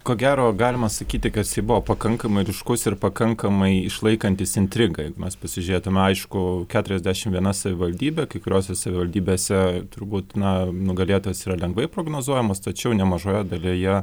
ko gero galima sakyti kad jis buvo pakankamai ryškus ir pakankamai išlaikantis intrigą jeigu mes pasižiūrėtume aišku keturiasdešimt viena savivaldybė kai kuriose savivaldybėse turbūt na nugalėtojas yra lengvai prognozuojamas tačiau nemažoje dalyje